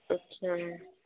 अच्छा